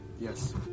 Yes